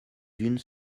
unes